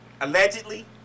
Allegedly